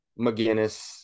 McGinnis